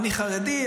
אני חרדי,